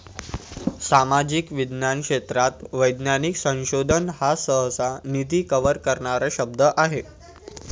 सामाजिक विज्ञान क्षेत्रात वैज्ञानिक संशोधन हा सहसा, निधी कव्हर करणारा शब्द आहे